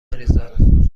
مریزاد